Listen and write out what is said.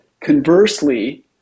conversely